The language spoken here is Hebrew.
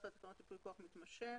תקנות ייפוי כוח מתמשך.